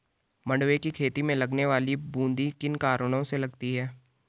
मंडुवे की खेती में लगने वाली बूंदी किन कारणों से लगती है?